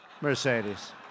Mercedes